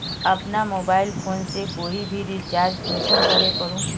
अपना mobile phone से कोई भी रिचार्ज कुंसम करे करूम?